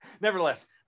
Nevertheless